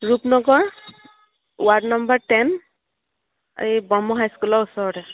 Rupnagar ward number ten এই Brahma high স্কুলৰ ওচৰতে